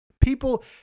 people